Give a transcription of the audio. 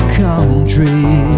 country